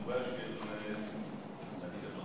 יש פה תגובה של דני דנון.